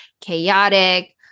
chaotic